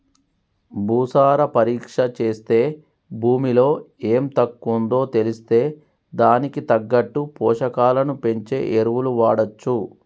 భూసార పరీక్ష చేస్తే భూమిలో ఎం తక్కువుందో తెలిస్తే దానికి తగ్గట్టు పోషకాలను పెంచే ఎరువులు వాడొచ్చు